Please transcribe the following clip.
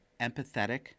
empathetic